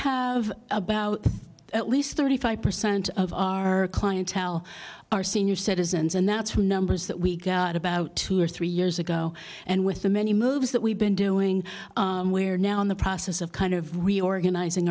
have about at least thirty five percent of our clientele are senior citizens and that's who numbers that we got about two or three years ago and with the many moves that we've been doing where now in the process of kind of reorganizing